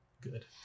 good